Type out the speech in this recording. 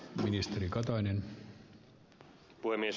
arvoisa puhemies